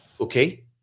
okay